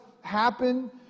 happen